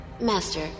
Master